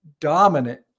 dominant